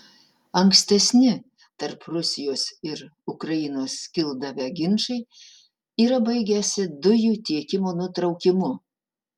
ankstesni tarp rusijos ir ukrainos kildavę ginčai yra baigęsi dujų tiekimo nutraukimu